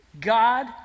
God